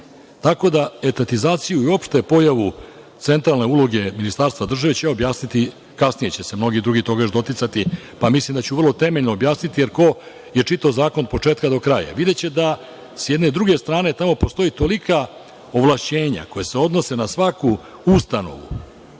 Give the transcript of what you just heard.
da etatizaciju i uopšte pojavu centralne uloge ministarstva, države ću objasniti kasnije. Mnogi drugi će se toga još doticati, pa mislim da ću vrlo temeljno objasniti, jer ko je čitao zakon od početka do kraja videće da s jedne druge strane tamo postoje tolika ovlašćenja koja se odnose na svaku ustanovu